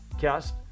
cast